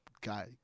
guy